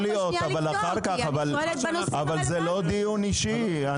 יכול להיות, אבל אחר כך, אבל זה לא דיון אישי.